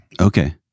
Okay